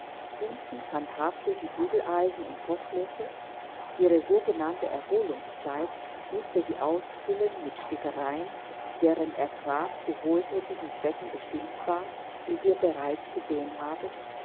unten handhabte sie bügeleisen und kochlöffel ihre sogenannte erholungszeit mußte sie ausfüllen mit stickereien deren ertrag zu wohlthätigen zwecken bestimmt war wie wir bereits gesehen haben